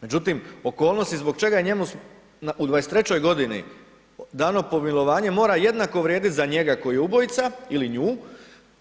Međutim, okolnosti zbog čega je njemu u 23. godini dano pomilovanje mora jednako vrijediti za njega koji je ubojica ili nju,